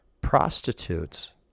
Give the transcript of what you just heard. prostitutes